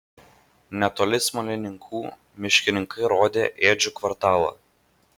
netoli smalininkų miškininkai rodė ėdžių kvartalą